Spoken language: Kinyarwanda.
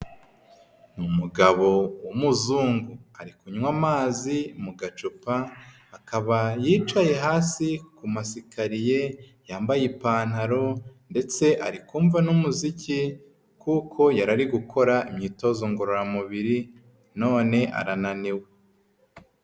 Umugabo w'umuzungu ari kunywa amazi mu gacupa, akaba yicaye hasi ku masikariye, yambaye ipantaro ndetse arikumva n'umuziki kuko yari ari gukora imyitozo ngororamubiri none arananiwe.